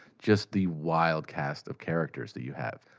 just the wild cast of characters that you have.